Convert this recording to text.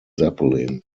zeppelin